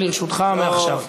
דקות, אדוני, לרשותך מעכשיו.